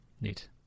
Neat